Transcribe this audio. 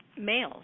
males